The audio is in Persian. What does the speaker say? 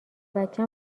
بچه